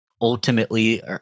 ultimately